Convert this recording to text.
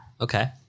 Okay